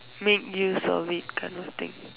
make use of it kind of thing